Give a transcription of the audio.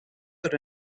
that